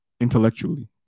intellectually